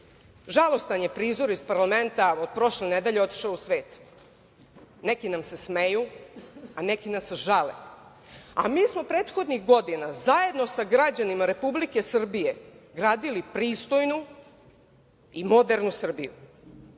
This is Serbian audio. Srbije. Žalostan je prizor iz parlamenta od prošle nedelje otišao u svet. Neki nam se smeju, a neki nas žale. A mi smo prethodnih godina zajedno sa građanima Republike Srbije gradili pristojnu i modernu Srbiju. Žao